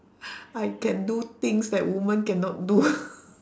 I can do things that woman cannot do